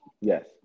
Yes